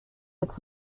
its